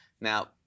Now